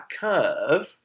curve